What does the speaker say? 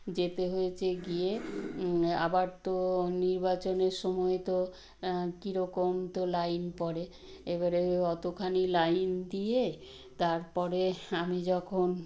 যেতে হয়েছে গিয়ে আবার তো নির্বাচনের সময় তো কী রকম তো লাইন পরে এবারে অতোখানি লাইন দিয়ে তারপরে আমি যখন